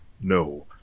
No